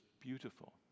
beautiful